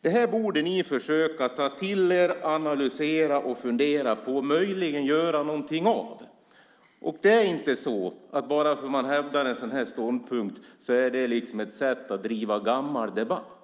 Det här borde ni försöka ta till er, analysera och fundera på, och möjligen göra någonting av. Att hävda en sådan här ståndpunkt är inte ett sätt att driva en gammal debatt.